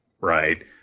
right